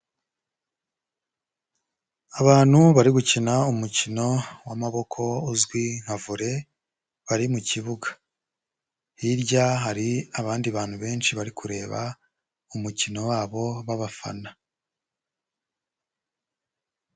Abantu bari gukina umukino w'amaboko uzwi nka Volley bari mu kibuga, hirya hari abandi bantu benshi bari kureba umukino wabo babafana.